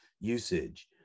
usage